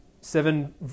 seven